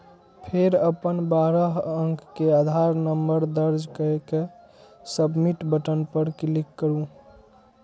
फेर अपन बारह अंक के आधार नंबर दर्ज कैर के सबमिट बटन पर क्लिक करू